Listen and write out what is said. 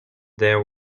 there